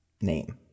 name